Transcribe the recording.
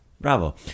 Bravo